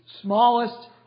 smallest